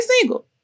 single